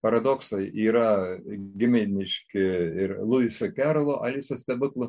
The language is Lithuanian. paradoksai yra giminiški ir luiso kerolio alisos stebuklų